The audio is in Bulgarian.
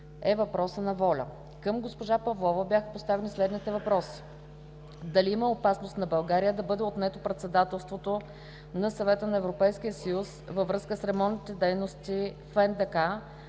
- Към госпожа Лиляна Павлова бяха поставени следните въпроси: дали има опасност на България да бъде отнето председателството на Съвета на Европейския съюз във връзка с ремонтните дейности в НДК